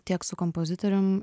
tiek su kompozitorium